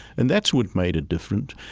and that's what made it different.